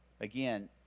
Again